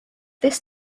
this